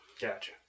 Gotcha